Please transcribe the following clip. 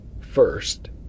First